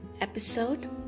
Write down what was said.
episode